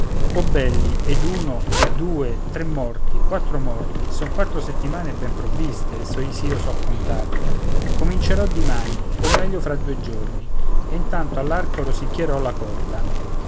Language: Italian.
o belli ed uno e due tre morti quattro morti son quattro settimane ben provviste s'io so contar comincerò dimani o meglio fra due giorni e intanto all'arco rosicchierò la corda